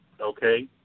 okay